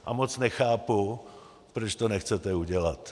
A moc nechápu, proč to nechcete udělat.